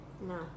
No